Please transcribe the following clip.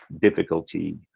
difficulty